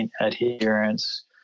adherence